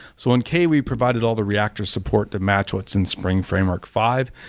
so on kay, we provided all the reactor support that match what's in spring framework five.